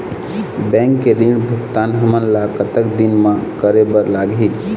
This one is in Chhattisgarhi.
बैंक के ऋण भुगतान हमन ला कतक दिन म करे बर लगही?